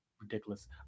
Ridiculous